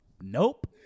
Nope